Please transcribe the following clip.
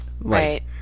Right